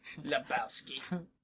Lebowski